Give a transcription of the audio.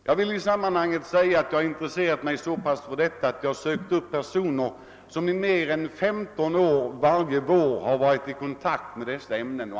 Jag har intresserat mig så mycket för detta att jag har sökt upp personer som i mer än 15 år varje vår har varit i kontakt med dessa ämnen.